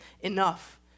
enough